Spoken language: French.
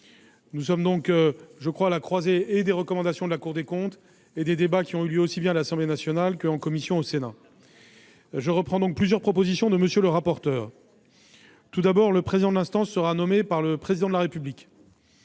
Nous sommes donc à la croisée et des recommandations de la Cour et des débats qui ont eu lieu aussi bien à l'Assemblée nationale qu'au sein de la commission du Sénat. Je reprends ainsi plusieurs propositions de M. le rapporteur. Tout d'abord, le président de l'instance sera nommé par le Président de la République.